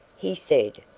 he said,